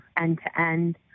end-to-end